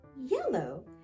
yellow